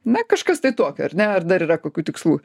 na kažkas tai tokio ar ne ar dar yra kokių tikslų